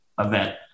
event